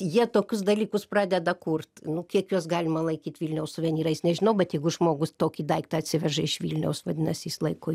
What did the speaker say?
jie tokius dalykus pradeda kurt nu kiek juos galima laikyt vilniaus suvenyrais nežinau bet jeigu žmogus tokį daiktą atsiveža iš vilniaus vadinasi jis laiko